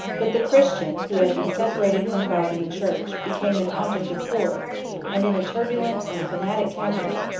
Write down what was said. but the christian, who had been separated from god and the church, became an object of horror and, in a turbulent and fanatic capital,